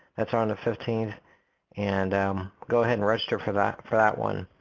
that's on the fifteenth and um go ahead and register for that for that one.